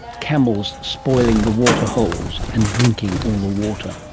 camels spoiling the waterholes and drinking all the water.